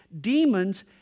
demons